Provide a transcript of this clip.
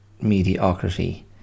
mediocrity